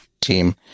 team